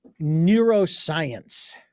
neuroscience